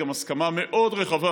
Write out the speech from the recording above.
וגם היית עד, הסכמה מאוד רחבה